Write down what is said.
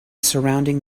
surrounding